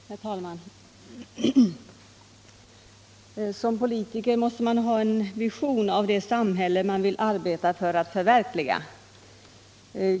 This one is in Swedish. Herr talman! Som politiker måste man ha en vision av det samhälle man vill arbeta för att förverkliga.